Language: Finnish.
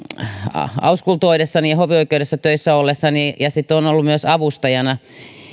auskultoidessani ja hovioikeudessa töissä ollessani ja sitten ollessani myös avustajana